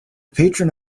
patron